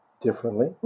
differently